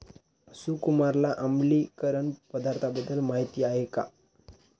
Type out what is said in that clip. सुकुमारला आम्लीकरण पदार्थांबद्दल माहिती आहे का?